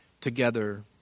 together